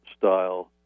style